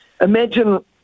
Imagine